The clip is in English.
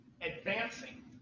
advancing